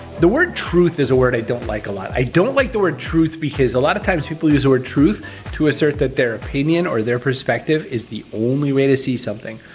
the word truth is a word i don't like a lot. i don't like the word truth because a lot of times people use the word truth to assert that their opinion or their perspective is the only way to see something.